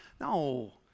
No